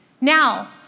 Now